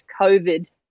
COVID